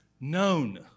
known